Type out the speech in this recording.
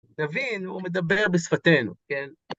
תבין הוא מדבר בשפתנו, כן?